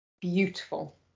beautiful